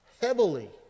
heavily